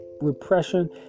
repression